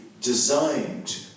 designed